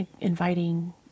inviting